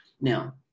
Now